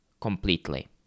completely